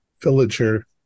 villager